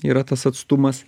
yra tas atstumas